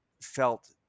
felt